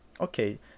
Okay